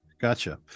gotcha